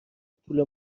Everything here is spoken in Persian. پول